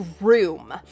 room